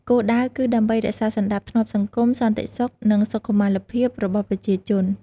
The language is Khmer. គោលដៅគឺដើម្បីរក្សាសណ្ដាប់ធ្នាប់សង្គម សន្តិសុខ និងសុខុមាលភាពរបស់ប្រជាជន។